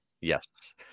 Yes